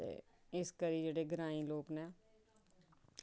इस करी जेह्ड़े ग्रांईं लोक न